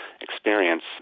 experience